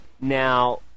Now